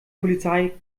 polizei